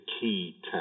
key